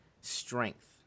strength